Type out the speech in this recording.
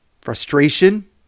Frustration